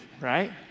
right